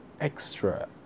extra